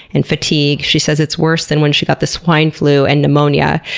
and fatigue. she says it's worse than when she got the swine flu and pneumonia.